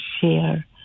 share